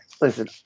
listen